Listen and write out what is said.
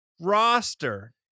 roster